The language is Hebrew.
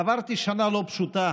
עברתי שנה לא פשוטה